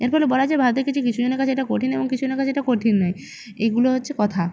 এর ফলে বলা যায় ভারতে কিছু কিছু জনের কাছে এটা কঠিন এবং কিছু জনের কাছে এটা কঠিন নয় এইগুলো হচ্ছে কথা